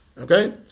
okay